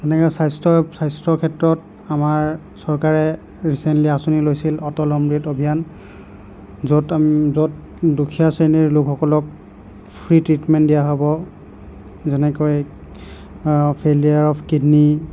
এনেকৈ স্বাস্থ্য স্বাস্থ্যৰ ক্ষেত্ৰত আমাৰ চৰকাৰে ৰিচেণ্টলী আঁচনি লৈছিল অটল অমৃত অভিযান য'ত য'ত দুখীয়া শ্ৰেণীৰ লোকসকলক ফ্ৰী ট্ৰিটমেণ্ট দিয়া হ'ব যেনেকৈ ফেইল'ৰ অফ কিডনি